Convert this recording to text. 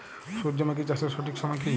সূর্যমুখী চাষের সঠিক সময় কি?